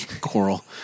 Coral